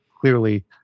clearly